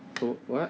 so what